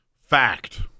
Fact